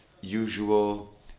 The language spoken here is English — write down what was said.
usual